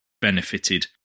benefited